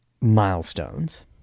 milestones